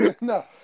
no